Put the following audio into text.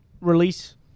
release